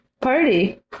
party